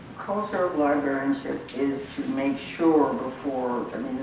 culture of librarianship is to make sure before